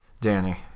danny